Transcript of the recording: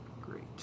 Great